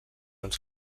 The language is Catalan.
als